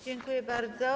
Dziękuję bardzo.